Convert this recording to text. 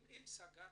תדפיס,